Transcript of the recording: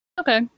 Okay